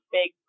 big